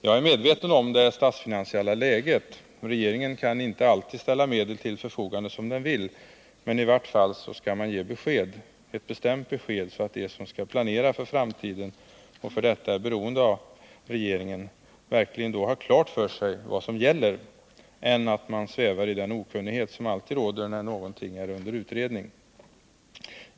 Jag är medveten om det statsfinansiella läget. Regeringen kan inte alltid ställa medel till förfogande som den vill, men i vart fall skall man ge besked — ett bestämt besked — så att de som skall planera för framtiden, och för detta är beroende av regeringen, verkligen har klart för sig vad som gäller. Det kan de inte göra om de svävar i den ovisshet som alltid råder om någonting är under utredning.